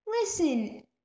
listen